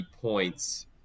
points